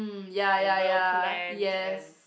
and well planned and